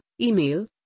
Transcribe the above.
email